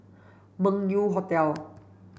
Meng Yew Hotel